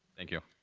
thank you.